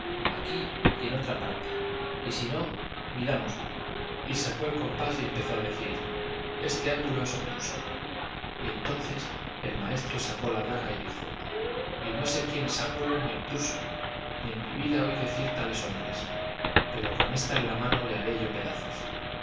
aquí y en otra parte y si no midámoslo y sacó el compás y empezó a decir este ángulo es obtuso y entonces el maestro sacó la daga y dijo y no sé quién es ángulo ni obtuso ni en mi vida oí decir tales hombres pero con esta en la mano le haré yo pedazos